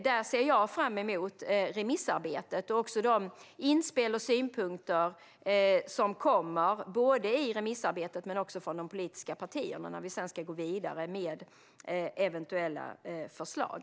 Där ser jag fram emot remissarbetet och de inspel och synpunkter som kommer fram både i remissarbetet och från de politiska partierna när vi sedan ska gå vidare med eventuella förslag.